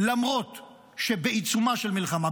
למרות שבעיצומה של מלחמה,